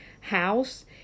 house